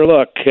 Look